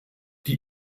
die